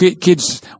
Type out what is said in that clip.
kids